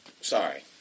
Sorry